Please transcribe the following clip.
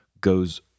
goes